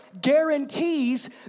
guarantees